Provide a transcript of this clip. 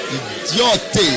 idiot